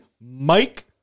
Mike